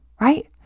Right